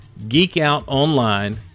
Geekoutonline